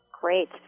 Great